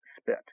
spit